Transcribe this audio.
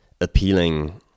appealing